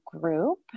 group